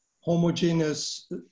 homogeneous